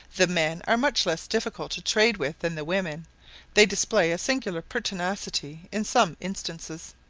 the men are much less difficult to trade with than the women they display a singular pertinacity in some instances.